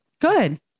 Good